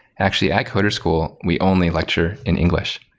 actually, at coder school, we only lecture in english,